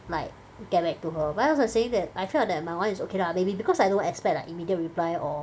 like get back to her but then as I was saying that I felt that my [one] is okay lah maybe because I don't expect like immediate reply or